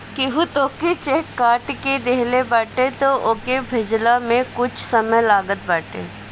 केहू तोहके चेक काट के देहले बाटे तअ ओके भजला में कुछ समय लागत बाटे